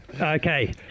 Okay